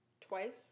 twice